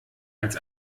als